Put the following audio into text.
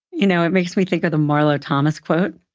you know, it makes me think of the marlo thomas quote.